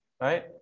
Right